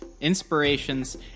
inspirations